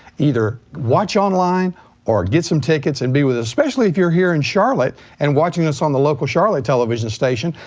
either watch online or get some tickets and be with us, especially if you're here in charlotte and watching us on the local charlotte television station,